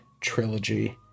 trilogy